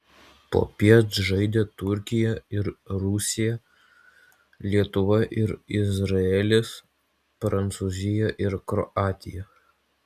popiet žaidė turkija ir rusija lietuva ir izraelis prancūzija ir kroatija